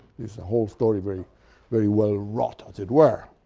it's a whole story very very well wrote, as it were.